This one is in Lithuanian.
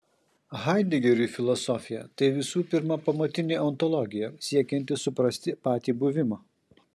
haidegeriui filosofija tai visų pirma pamatinė ontologija siekianti suprasti patį buvimą